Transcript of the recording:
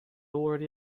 already